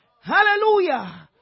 Hallelujah